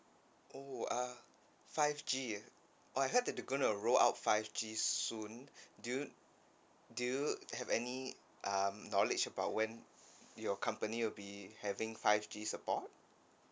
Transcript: oh uh five G oh I heard that they gonna roll out five G soon do you do you have any um knowledge about when your company will be having five G support